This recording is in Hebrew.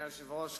אדוני היושב-ראש,